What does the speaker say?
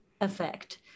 effect